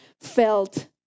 felt